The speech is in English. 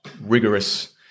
rigorous